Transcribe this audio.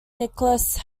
nicholas